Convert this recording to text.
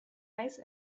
naiz